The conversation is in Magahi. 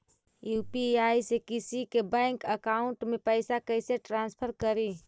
यु.पी.आई से किसी के बैंक अकाउंट में पैसा कैसे ट्रांसफर करी?